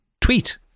tweet